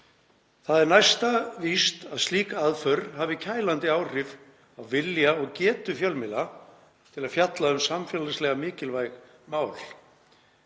Það er næsta víst að slík aðför hafi kælandi áhrif á vilja og getu fjölmiðla til að fjalla um samfélagslega mikilvæg mál.